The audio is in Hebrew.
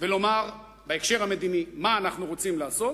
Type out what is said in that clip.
ולומר בהקשר המדיני מה אנחנו רוצים לעשות.